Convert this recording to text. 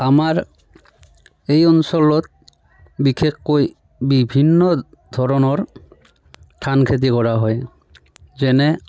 আমাৰ এই অঞ্চলত বিশেষকৈ বিভিন্ন ধৰণৰ ধান খেতি কৰা হয় যেনে